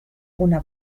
una